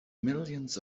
millions